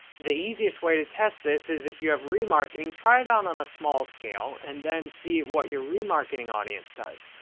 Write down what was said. the easiest way to test this is if you have remarketing, try it out on a small scale and then see what your remarketing audience does.